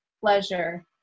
pleasure